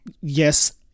yes